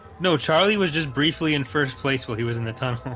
no charlie was just briefly in first place while he was in the time